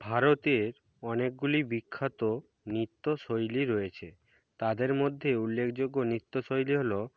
ভারতের অনেকগুলি বিখ্যাত নৃত্যশৈলী রয়েছে তাদের মধ্যে উল্লেখযোগ্য নৃত্যশৈলী হলো